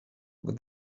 with